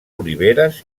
oliveres